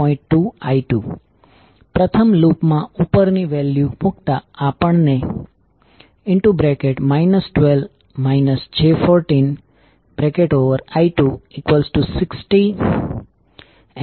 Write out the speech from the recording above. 2I2 પ્રથમ loop માં ઉપરની વેલ્યુ મુક્ત આપણને 12 j14I260∠30°⇒I23